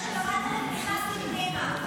ברגע שקראת לי, נכנסתי פנימה.